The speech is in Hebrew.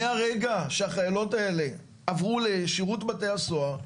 מהרגע שהחיילות האלה עברו לשירות בתי הסוהר,